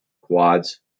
quads